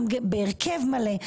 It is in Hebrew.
גם בהרכב מלא.